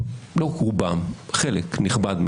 לא רובם חלקם הנכבד,